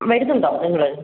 വരുന്നുണ്ടോ നിങ്ങള്